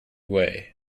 way